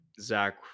Zach